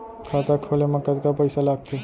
खाता खोले मा कतका पइसा लागथे?